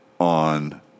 on